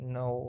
no